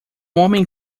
homem